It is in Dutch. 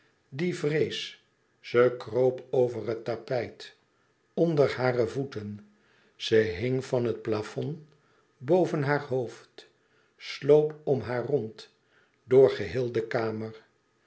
die vrees ze kroop over het tapijt onder hare voeten ze hing van het plafond boven haar hoofd sloop om haar rond door geheel de kamer